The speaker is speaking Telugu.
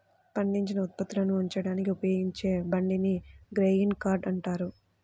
పండించిన ఉత్పత్తులను ఉంచడానికి ఉపయోగించే బండిని గ్రెయిన్ కార్ట్ అంటారు